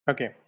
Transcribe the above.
Okay